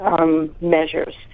measures